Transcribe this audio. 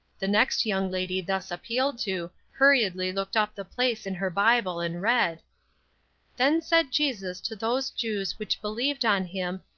the next young lady thus appealed to, hurriedly looked up the place in her bible and read then said jesus to those jews which believed on him,